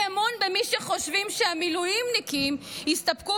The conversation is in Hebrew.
אי-אמון במי שחושבים שהמילואימניקים יסתפקו